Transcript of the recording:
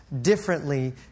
differently